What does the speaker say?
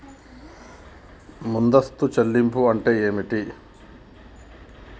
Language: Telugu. ముందస్తు చెల్లింపులు అంటే ఏమిటి?